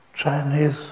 Chinese